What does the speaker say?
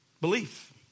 Belief